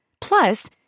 Plus